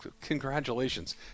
congratulations